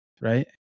Right